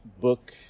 book